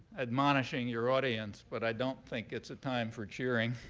admonishing your audience. but i don't think it's a time for cheering.